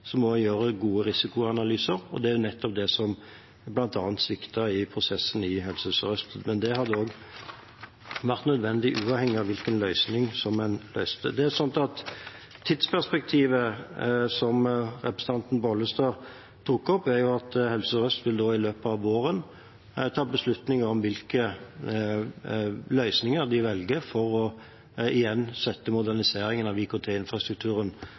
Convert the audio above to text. nettopp det som bl.a. sviktet i prosessen i Helse Sør-Øst. Det hadde også vært nødvendig uavhengig av hvilken løsning som er den beste. Tidsperspektivet, som representanten Bollestad tok opp, er at Helse Sør-Øst i løpet av våren vil ta beslutninger om hvilke løsninger de velger for igjen å sette moderniseringen av